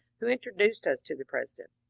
who introduced us to the president.